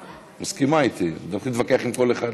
את מסכימה איתי, להתחיל להתווכח עם כל אחד?